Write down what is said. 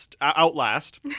Outlast